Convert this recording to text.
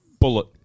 Bullet